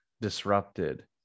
disrupted